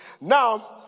Now